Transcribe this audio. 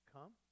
Come